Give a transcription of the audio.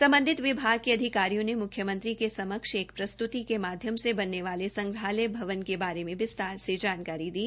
सम्बन्धित विभाग के अधिकारियों ने मुख्यमंत्री के समक्ष एक प्रस्तुति के माध्यम से बनने वाले संग्रहालय भवन के बारे में विस्तार से जानकारी दी